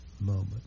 moment